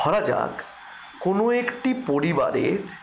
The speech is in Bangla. ধরা যাক কোন একটি পরিবারের